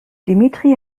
dimitri